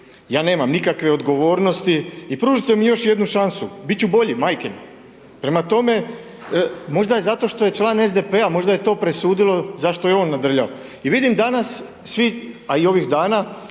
ja nemam nikakve odgovornosti i pružite mi još jednu šansu, bit ću bolji, majke mi. Prema tome, možda je zato što je član SDP-a možda je to presudilo zašto je on nadrljao. I vidim danas svi, a i ovih dana